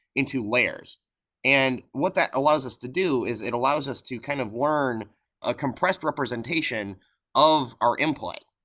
into layers and what that allows us to do is it allows us to kind of learn a compressed representation of our input.